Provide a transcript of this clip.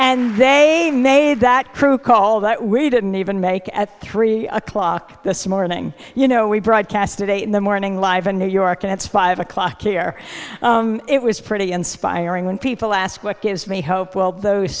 and they made that crew call that we didn't even make at three o'clock this morning you know we broadcast today in the morning live in new york and it's five o'clock here it was pretty inspiring when people ask what gives me hope well those